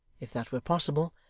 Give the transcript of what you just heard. if that were possible,